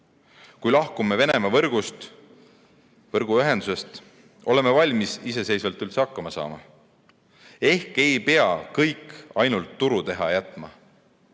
kui lahkume Venemaa võrgust, võrguühendusest, oleme üldse valmis iseseisvalt hakkama saama? Ehk ei pea kõike ainult turu teha jätma.